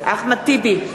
אחמד טיבי,